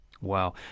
Wow